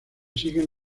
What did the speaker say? siguen